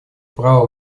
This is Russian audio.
право